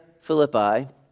Philippi